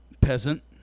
Peasant